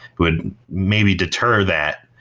would maybe deter that.